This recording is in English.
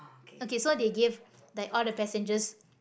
okay so they gave like all the passengers